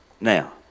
Now